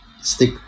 stick